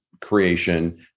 creation